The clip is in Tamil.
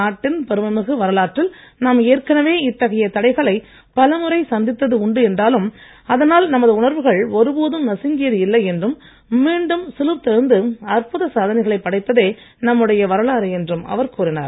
நாட்டின் பெருமை மிகு வரலாற்றில் நாம் ஏற்கனவே இத்தகைய தடைகளை பலமுறை சந்தித்தது உண்டு என்றாலும் அதனால் நமது உணர்வுகள் ஒருபோதும் நசுங்கியது இல்லை என்றும் மீண்டும் சிலிர்த்து எழுந்து அற்புத சாதனைகளை படைத்ததே நம்முடைய வரலாறு என்றும் அவர் கூறினார்